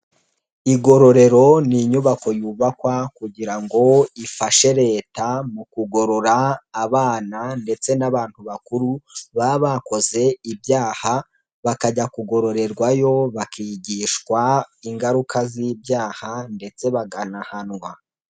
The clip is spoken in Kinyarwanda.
Igororero ni inyubako yubakwa kugira ngo ifashe Leta mu kugorora abana ndetse n'abantu bakuru, baba bakoze ibyaha bakajya kugororerwayo bakigishwa ingaruka z'ibyaha ndetse bakanahanwa.